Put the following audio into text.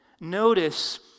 notice